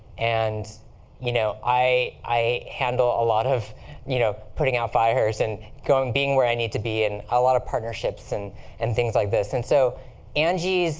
and you know i i handle a lot of you know putting out fires and being where i need to be, and a lot of partnerships and and things like this. and so angie's